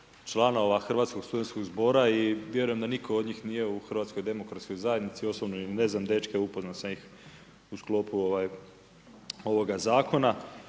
članova Hrvatskog studentskog zbora i vjerujem da nitko od njih nije u Hrvatskoj demokratskoj zajednici. Osobno i ne znam dečke. Upoznao sam ih u sklopu ovoga zakona.